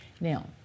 Now